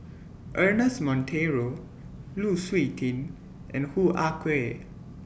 Ernest Monteiro Lu Suitin and Hoo Ah Kay